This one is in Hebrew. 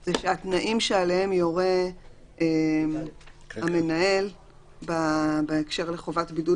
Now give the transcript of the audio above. הוא שהתנאים שעליהם יורה המנהל בהקשר לחובת בידוד